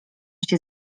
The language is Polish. się